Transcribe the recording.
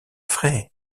frais